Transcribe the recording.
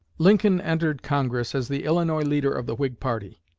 lincoln entered congress as the illinois leader of the whig party.